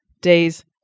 days